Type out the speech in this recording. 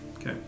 Okay